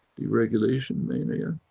deregulation mania,